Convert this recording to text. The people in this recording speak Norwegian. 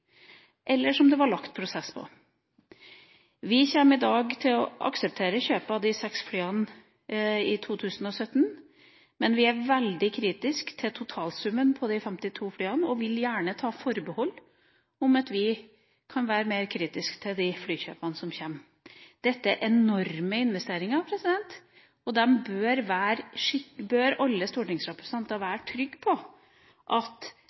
eller som det var lagt prosess på. Vi kommer i dag til å akseptere kjøpet av de seks flyene i 2017, men vi er veldig kritiske til totalsummen på de 52 flyene, og vi kommer til å ta forbehold om at vi kan være mer kritiske til de flykjøpene som kommer. Dette er enorme investeringer, og alle stortingsrepresentantene bør føle seg trygge på at